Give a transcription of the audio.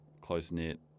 close-knit